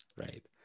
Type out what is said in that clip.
Right